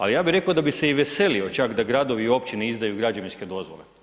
Ali ja bih rekao da bi se i veselio čak da gradovi i općine izdaju građevinske dozvole.